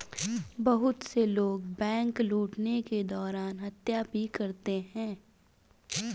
बहुत से लोग बैंक लूटने के दौरान हत्या भी करते हैं